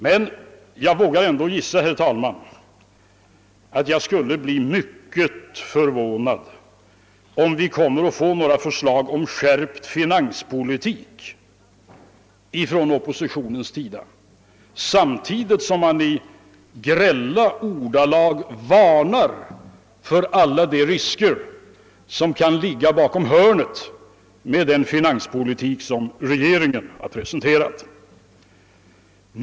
Men jag vågar ändå säga att jag skulle bli mycket förvånad om vi finge se några förslag om skärpt finanspolitik från oppositionens sida, trots att man i skarpa ordalag varnar för alla de risker som kan visa sig ligga bakom hörnet om man för den finanspolitik som regeringen presenterat.